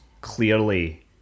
clearly